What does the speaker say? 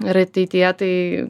ir ateityje tai